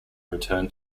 return